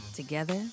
Together